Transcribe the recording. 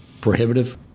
prohibitive